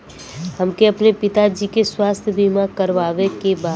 हमके अपने पिता जी के स्वास्थ्य बीमा करवावे के बा?